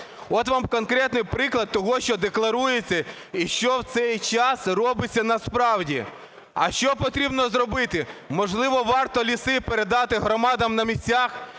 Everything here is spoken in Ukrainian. От вам конкретний приклад того, що декларується і що в цей час робиться насправді. А що потрібно зробити? Можливо, варто ліси передати громадам на місцях?